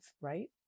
right